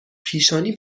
پیشانی